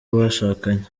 bashakanye